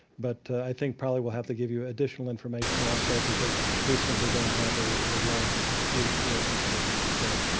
but i think we'll have to give you additional information also because we simply don't have a a large group here at this district. so,